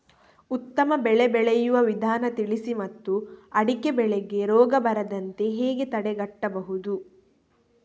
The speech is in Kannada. ಉತ್ತಮ ಬೆಳೆ ಬೆಳೆಯುವ ವಿಧಾನ ತಿಳಿಸಿ ಮತ್ತು ಅಡಿಕೆ ಬೆಳೆಗೆ ರೋಗ ಬರದಂತೆ ಹೇಗೆ ತಡೆಗಟ್ಟಬಹುದು?